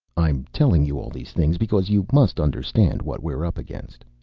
i'm telling you all these things because you must understand what we're up against.